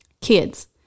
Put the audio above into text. Kids